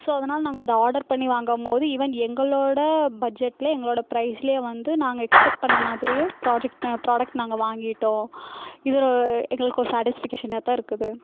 so அதனால் நாங்கள் அதை ஆடர் பண்ணி வாங்கும்போது ஈவென் எங்களோட பட்ஜெட்டில் எங்களோட ப்ரைஸிலே வந்து நாங்கள் எக்ஸ்பெக்ட் பண்ண மாதிரியே ப்ராஜெக்ட் ப்ராடக்ட் நாங்கள் வாங்கிவிட்டோம் இதில் எங்களுக்கு ஒரு சாட்டிஸ்ஃபிக்கேஷனாகதான் இருக்குது